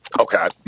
Okay